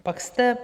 Pak jste...